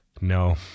No